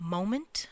Moment